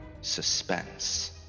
Suspense